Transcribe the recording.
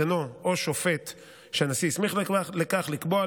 סגנו או שופט שהנשיא הסמיך לכך לקבוע,